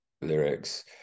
lyrics